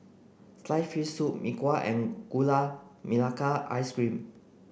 sliced fish soup Mee Kuah and Gula Melaka Ice Cream